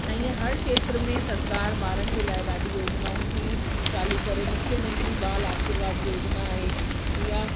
ऐं ईअं हर खेत्र में सरकार ॿारनि जे लाइ ॾाढी योजनाऊं थी चालू करे मुख्यमंत्री बाल आशीर्वाद योजना आहे ईअं